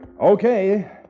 Okay